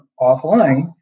offline